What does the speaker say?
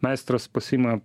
meistras pasiima